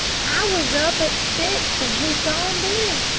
i was up at six and he'd gone then,